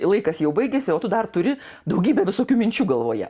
laikas jau baigėsi o tu dar turi daugybę visokių minčių galvoje